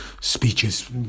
speeches